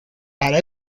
para